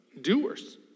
doers